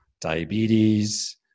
diabetes